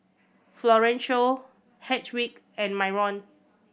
Florencio Hedwig and Myron